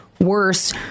worse